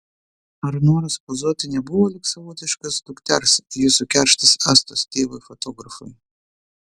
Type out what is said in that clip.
ar noras pozuoti nebuvo lyg savotiškas dukters jūsų kerštas astos tėvui fotografui